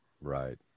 right